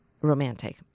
Romantic